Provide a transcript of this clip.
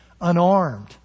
unarmed